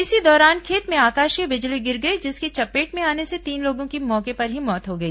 इसी दौरान खेत में आकाशीय बिजली गिर गई जिसकी चपेट में आने से तीन लोगों की मौके पर ही मौत हो गई